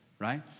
right